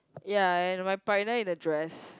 ya and my partner in a dress